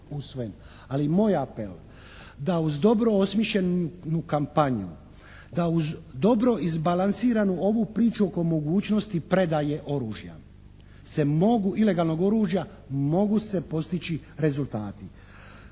ali moj apel da uz dobro osmišljenu kampanju, da uz dobro izbalansiranu ovu priču oko mogućnosti predaje oružja se mogu, ilegalnog oružja, mogu se postići rezultati.